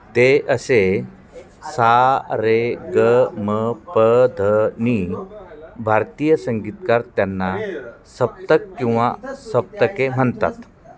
ते असे सा रे ग म प ध नी भारतीय संगीतकार त्यांना सप्तक किंवा सप्तके म्हणतात